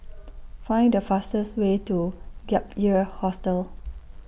Find The fastest Way to Gap Year Hostel